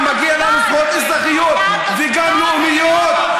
מגיעות לנו זכויות אזרחיות וגם לאומיות,